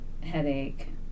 headache